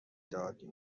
دادیم